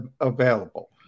available